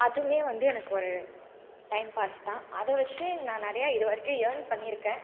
அதுவுமே வந்து எனக்கு ஒரு டைம் பாஸ் தான் அதைவச்சு நான் நிறையா இதுவரைக்கும் இயர்ன் பண்ணியிருக்கேன்